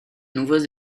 nouveaux